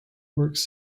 works